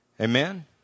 Amen